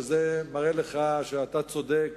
שזה מראה לך שאתה צודק,